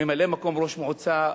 ממלא-מקום ראש מועצה,